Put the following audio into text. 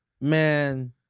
man